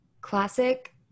Classic